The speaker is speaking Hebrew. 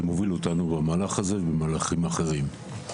שמוביל אותנו במהלך הזה ובמהלכים אחרים.